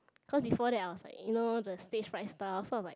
cause before that I was like you know the stage fright stuff so I was like